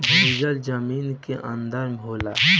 भूजल जमीन के अंदर होला